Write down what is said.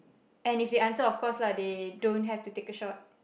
and if they answer of course lah they don't have to take a shot